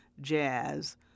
jazz